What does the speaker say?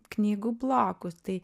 knygų blokus tai